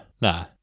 Nah